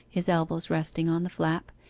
his elbows resting on the flap,